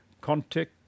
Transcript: contact